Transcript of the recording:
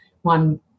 One